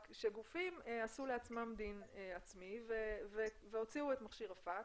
רק שגופים עשו לעצמם דין עצמי והוציאו את מכשיר הפקס,